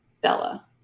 Bella